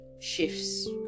shifts